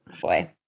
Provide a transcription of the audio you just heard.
Boy